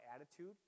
attitude